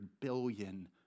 billion